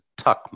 Tuckman